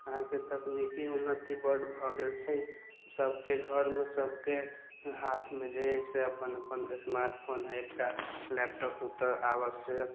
अहाँके तकनीकी उन्नति बड्ड भऽ गेल छै सबके घरमे सबके हाथमे जे है से अपन अपन स्मार्ट फोन है लैपटॉप तऽ आवश्यक